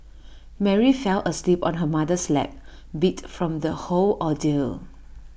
Mary fell asleep on her mother's lap beat from the whole ordeal